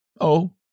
Oh